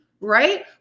right